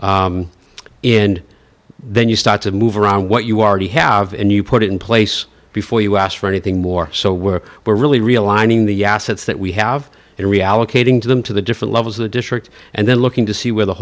in then you start to move around what you are ready have and you put in place before you ask for anything more so we're we're really realigning the assets that we have and reallocating to them to the different levels of the district and then looking to see where the